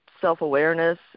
self-awareness